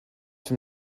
from